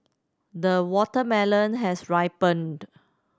the watermelon has ripened